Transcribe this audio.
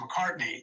McCartney